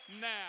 now